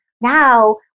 Now